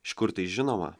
iš kur tai žinoma